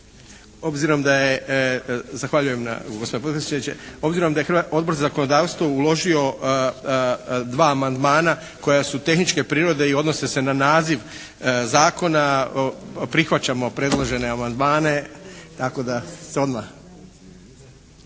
Obzirom da je Odbor za zakonodavstvo uložio dva amandmana koja su tehničke prirode i odnose se na naziv zakona prihvaćamo predložene amandmane tako da se odmah.